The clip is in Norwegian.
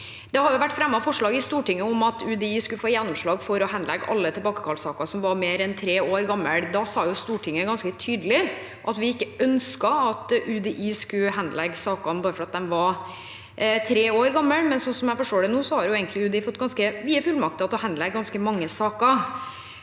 Det har vært fremmet forslag i Stortinget om at UDI skulle få gjennomslag for å henlegge alle tilbakekallssaker som var mer enn tre år gamle. Da sa Stortinget ganske tydelig at vi ikke ønsket at UDI skulle henlegge sakene bare fordi de var tre år gamle, men sånn jeg forstår det nå, har UDI egentlig fått ganske vide fullmakter til å henlegge ganske mange saker.